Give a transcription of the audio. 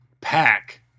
Pack